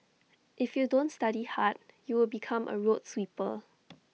if you don't study hard you will become A road sweeper